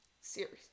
series